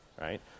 right